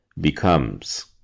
becomes